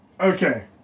Okay